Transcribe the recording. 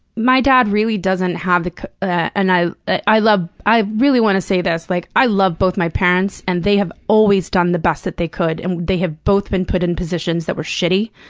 my dad really doesn't have the and i i love i really wanna say this. like, i love both my parents and they have always done the best that they could and they have both been put in positions that were shitty.